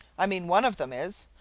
i mean, one of them is.